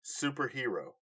Superhero